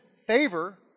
favor